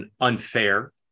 unfair